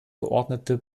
geordnete